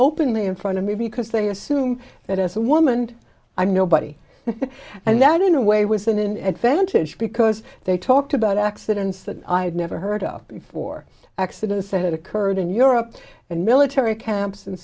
openly in front of me because they assume that as a woman and i'm nobody and that in a way was in an advantage because they talked about accidents that i had never heard of before accidents that had occurred in europe and military camps and